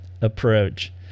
approach